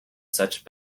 such